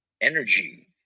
energy